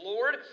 Lord